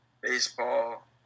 baseball